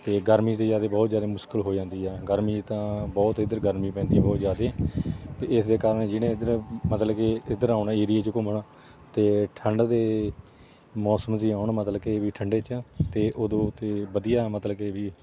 ਅਤੇ ਗਰਮੀ 'ਚ ਜ਼ਿਆਦਾ ਮੁਸ਼ਕਿਲ ਹੋ ਜਾਂਦੀ ਹੈ ਗਰਮੀ 'ਚ ਤਾਂ ਬਹੁਤ ਇੱਧਰ ਗਰਮੀ ਪੈਂਦੀ ਬਹੁਤ ਜ਼ਿਆਦਾ ਅਤੇ ਇਸ ਦੇ ਕਾਰਣ ਜਿਹਨੇ ਇੱਧਰ ਮਤਲਬ ਕੇ ਇੱਧਰ ਆਉਣਾ ਏਰੀਏ 'ਚ ਘੁੰਮਣ ਅਤੇ ਠੰਡ ਦੇ ਮੌਸਮ 'ਚ ਹੀ ਆਉਣ ਮਤਲਬ ਕੇ ਵੀ ਠੰਡੇ 'ਚ ਅਤੇ ਉਦੋਂ ਤਾਂ ਵਧੀਆ ਮਤਲਬ ਕੇ ਵੀ